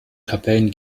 tabellen